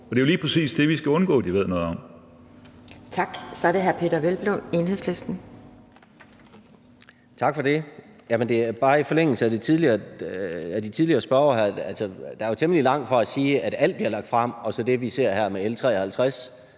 det er jo lige præcis det, vi skal undgå de ved noget om.